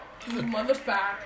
Motherfucker